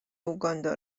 اوگاندا